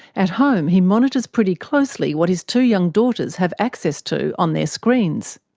at home, he monitors pretty closely what his two young daughters have access to on their screens.